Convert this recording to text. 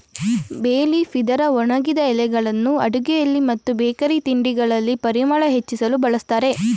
ಬೇ ಲೀಫ್ ಇದರ ಒಣಗಿದ ಎಲೆಗಳನ್ನು ಅಡುಗೆಯಲ್ಲಿ ಮತ್ತು ಬೇಕರಿ ತಿಂಡಿಗಳಲ್ಲಿ ಪರಿಮಳ ಹೆಚ್ಚಿಸಲು ಬಳ್ಸತ್ತರೆ